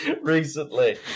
recently